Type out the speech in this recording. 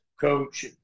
coach